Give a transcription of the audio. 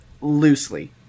loosely